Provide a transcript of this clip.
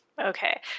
Okay